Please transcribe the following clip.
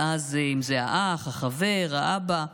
ואז אם זה האח, החבר, האבא.